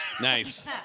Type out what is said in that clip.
Nice